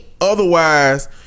Otherwise